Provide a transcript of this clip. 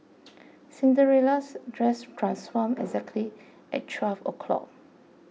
Cinderella's dress transformed exactly at twelve o'clock